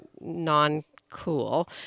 non-cool